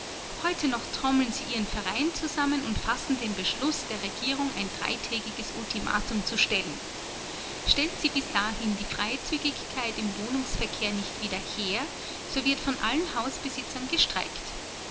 heute noch trommeln sie ihren verein zusammen und fassen den beschluß der regierung ein dreitägiges ultimatum zu stellen stellt sie bis dahin die freizügigkeit im wohnungsverkehr nicht wieder her so wird von den hausbesitzern gestreikt